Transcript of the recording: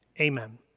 Amen